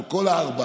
על כל הארבעה.